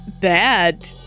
bad